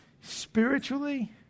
spiritually